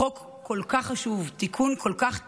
זה חוק כל כך חשוב, תיקון כל כך טריוויאלי,